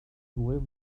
hwyl